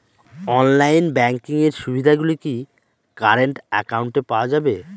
Online banking এর সুবিধে গুলি কি কারেন্ট অ্যাকাউন্টে পাওয়া যাবে?